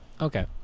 okay